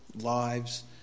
lives